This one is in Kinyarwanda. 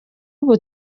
ubu